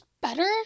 better